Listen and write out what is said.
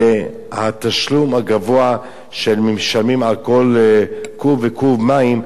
התשלום הגבוה שמשלמים על כל קוב וקוב מים,